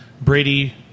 Brady